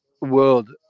world